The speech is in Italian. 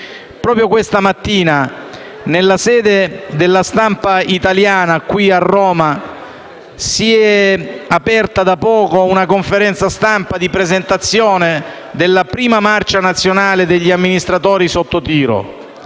Federazione nazionale della stampa italiana qui a Roma, si è aperta da poco una conferenza stampa di presentazione della Prima marcia nazionale degli amministratori sotto tiro.